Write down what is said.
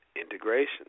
integration